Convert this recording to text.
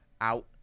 out